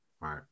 Right